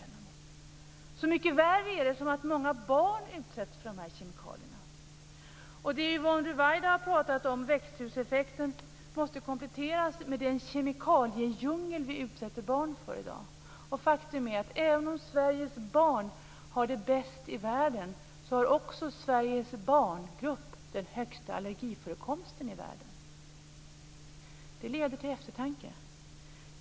Detta är så mycket värre eftersom så många barn ersätts för kemikalierna. Det som Yvonne Ruwaida har pratat om, växthuseffekten, måste kompletteras med den kemikaliedjungel vi utsätter barn för i dag. Faktum är att även om Sveriges barn har det bäst i världen så har också Sveriges barngrupp den högsta allergiförekomsten i världen. Det leder till eftertanke.